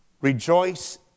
rejoice